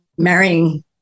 Marrying